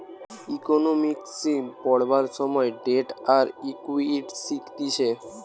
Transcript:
economics পড়বার সময় debt আর ইকুইটি শিখতিছে